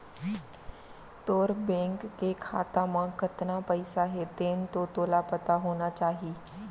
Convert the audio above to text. तोर बेंक के खाता म कतना पइसा हे तेन तो तोला पता होना चाही?